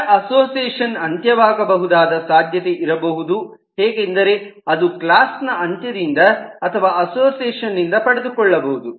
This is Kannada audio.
ಈಗ ಅಸೋಸಿಯೇಷನ್ ಅಂತ್ಯವಾಗಬಹುದಾದ ಸಾಧ್ಯಾತೆ ಇರಬಹುದು ಹೇಗೆಂದರೆ ಅದು ಕ್ಲಾಸ್ ನ ಅಂತ್ಯದಿಂದ ಅಥವಾ ಅಸೋಸಿಯೇಷನ್ ನಿಂದ ಪಡೆದುಕೊಳ್ಳಬಹುದು